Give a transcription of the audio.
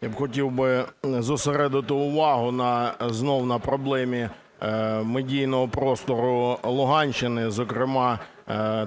Я хотів би зосередити увагу знову на проблемі медійного простору Луганщини, зокрема